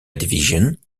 division